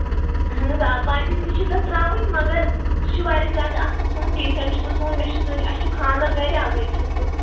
اہَن حظ آ پایپنگ تہِ چھِ تَتھ ترٛاوٕنۍ مگر سُہ چھُ واریاہ زیادٕ اَصٕل سُوُن ڈیٖسینٹ چھُ سُہ سُوُن مےٚ چھُ سُنٛد اَسہِ چھُ خاندَر گَرِ اَوَے چھَس بہٕ